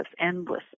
endless